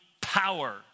power